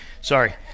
Sorry